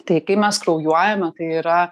tai kai mes kraujuojame tai yra